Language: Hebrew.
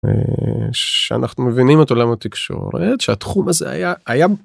אנחנו מבינים את עולם התקשורת שהתחום הזה היה.